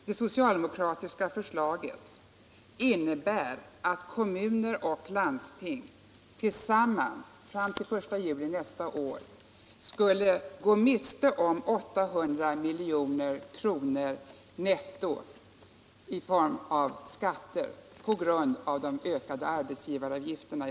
Det socialdemokratiska förslaget innebär att kommuner och landsting fram till den 1 juli nästa år skulle få 800 milj.kr. mindre i nettobehållning i förhållande till regeringens förslag.